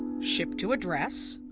ship to address.